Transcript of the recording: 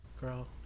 Girl